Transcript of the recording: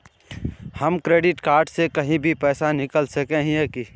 हम credit card से कहीं भी पैसा निकल सके हिये की?